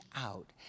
out